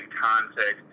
context